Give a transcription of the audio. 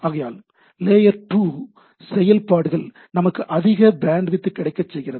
ஆகையால் லேயர் 2 செயல்பாடுகள் நமக்கு அதிக பேண்ட்வித் கிடைக்கச் செய்கிறது